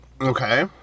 Okay